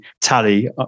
tally